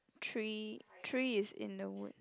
tree tree is in the wood